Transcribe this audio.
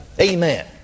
Amen